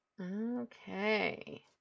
Okay